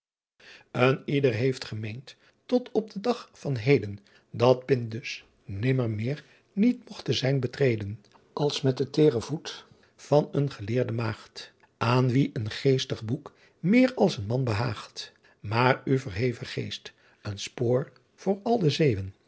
en yder heeft gemeent tot op den dagh van heden at indus nimmermeer niet mochte zijn betreden ls met den teeren voet van een geleerde maeght en wien een geestigh boeck meer als een man behaeght aer u verheve geest een spoor voor al de eeuwen